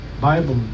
Bible